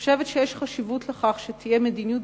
אני חושבת שיש חשיבות לכך שתהיה מדיניות